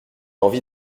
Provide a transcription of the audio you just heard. envie